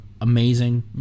amazing